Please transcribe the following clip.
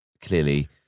clearly